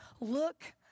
Look